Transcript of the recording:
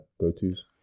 go-tos